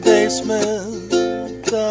Basement